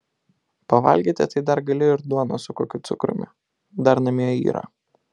pavalgyti tai dar gali ir duonos su kokiu cukrumi dar namie yra